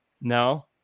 No